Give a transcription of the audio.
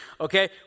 Okay